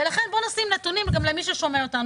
ולכן, בואו נשים נתונים גם למי ששומע אותנו.